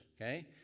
Okay